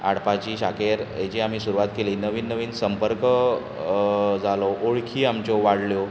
हाडपाची शाखेर हेची आमी सुरवात केली नवीन नवीन संपर्क जालो वळखी आमच्यो वाडल्यो